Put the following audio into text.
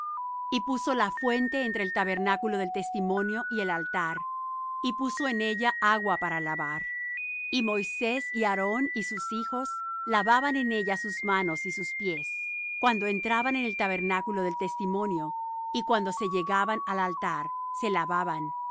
y puso la fuente entre el tabernáculo del testimonio y el altar y puso en ella agua para lavar y moisés y aarón y sus hijos lavaban en ella sus manos y sus pies cuando entraban en el tabernáculo del testimonio y cuando se llegaban al altar se lavaban